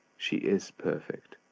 she is perfect.